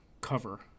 cover